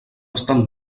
estan